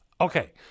Okay